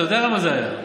אתה יודע למה זה היה?